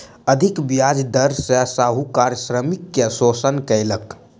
अधिक ब्याज दर सॅ साहूकार श्रमिक के शोषण कयलक